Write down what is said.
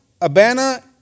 Abana